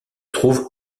trouve